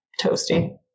toasty